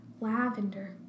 lavender